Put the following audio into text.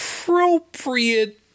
appropriate